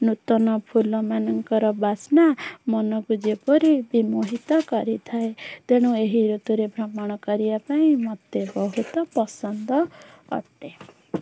ନୂତନ ଫୁଲମାନଙ୍କର ବାସ୍ନା ମନକୁ ଯେପରି ବିମହିତ କରିଥାଏ ତେଣୁ ଏହି ଋତୁରେ ଭ୍ରମଣ କରିବା ପାଇଁ ମୋତେ ବହୁତ ପସନ୍ଦ ଅଟେ